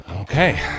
Okay